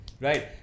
Right